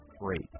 great